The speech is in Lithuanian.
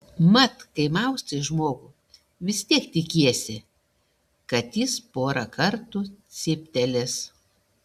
mat kai maustai žmogų vis tiek tikiesi kad jis porą kartų cyptelės